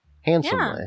Handsomely